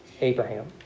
Abraham